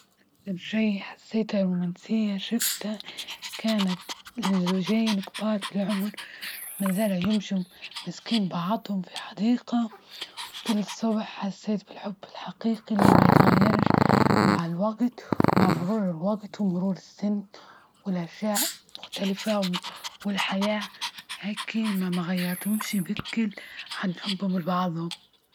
بترجعي حسيتي رومانسية شفتها كانت لزوجين كبار في العمر مازالوا يمشوا ماسكين بعضهم في الحديقة كل الصبح حسيت بالحب الحقيقي اللي ما يتغيرش مع الوجت، مع مرور الوجت ومرور السن والأـشياء المختلفة و والحياة هكي مغيرتهمش وكل عن حبهم لبعضهم.